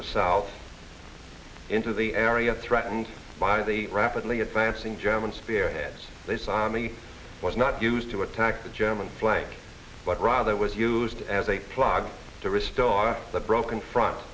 the south into the area threatened by the rapidly advancing german spearheads they sign me was not used to attack the german flag but rather was used as a plug to restore the broken front